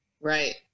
Right